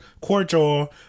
cordial